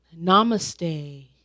Namaste